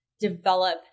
develop